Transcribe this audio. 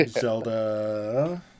Zelda